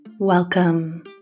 welcome